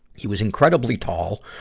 he was incredibly tall,